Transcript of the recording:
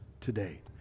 today